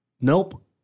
nope